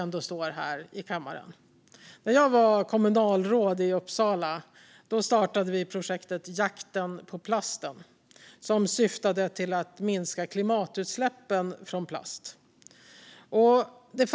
När jag var kommunalråd i Uppsala startade vi projektet Jakten på plasten, som syftade till att minska klimatutsläppen från plast.